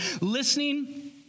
listening